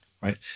right